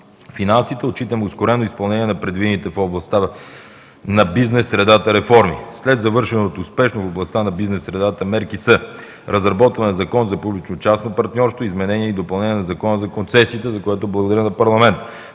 финансите, отчитаме ускорено изпълнение на предвидените в областта на бизнес средата реформи. Сред успешно завършените мерки в областта на бизнес средата са: разработване на Закон за публично-частното партньорство, изменение и допълнение на Закона за концесиите, за което благодаря на парламента;